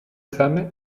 femme